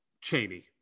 Cheney